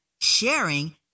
sharing